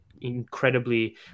incredibly